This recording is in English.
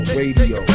radio